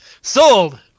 Sold